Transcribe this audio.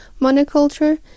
Monoculture